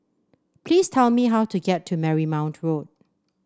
please tell me how to get to Marymount Road